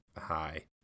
hi